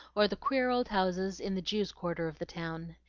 or the queer old houses in the jews' quarter of the town.